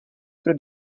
pro